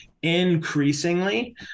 increasingly